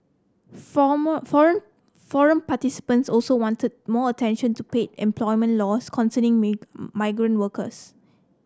forum participants also wanted more attention to paid employment laws concerning migrant workers